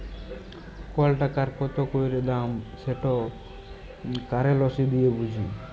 call টাকার কত ক্যইরে দাম সেট কারেলসি দিঁয়ে বুঝি